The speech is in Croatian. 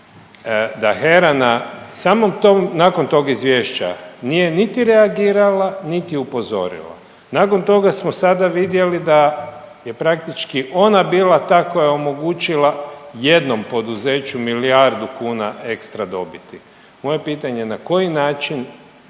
krize da HERA nakon tog izvješća nije niti reagirala, niti upozorila. Nakon toga smo sada vidjeli da je praktički ona bila ta koja je omogućila jednom poduzeću milijardu kuna ekstra dobiti. Moje pitanje, na koji način